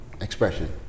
expression